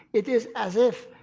it is as if,